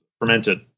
fermented